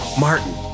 Martin